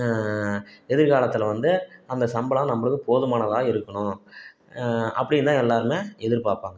எதிர்காலத்தில் வந்து அந்த சம்பளம் நம்மளுக்கு போதுமானதாக இருக்கணும் அப்படின்தான் எல்லாேருமே எதிர்பார்ப்பாங்க